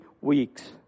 weeks